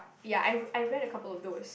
ya I I read the couple of those